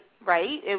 right